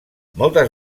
moltes